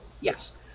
Yes